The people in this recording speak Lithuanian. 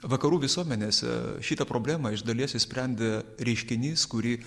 vakarų visuomenėse šitą problemą iš dalies išsprendė reiškinys kurį